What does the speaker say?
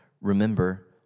Remember